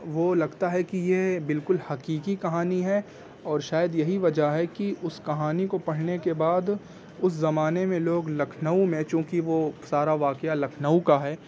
وہ لگتا ہے کہ یہ بالکل حقیقی کہانی ہے اور شاید یہی وجہ ہے کہ اس کہانی کو پڑھنے کے بعد اس زمانے میں لوگ لکھنؤ میں چونکہ وہ سارا واقعہ لکھنؤ کا ہے